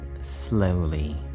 slowly